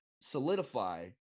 solidify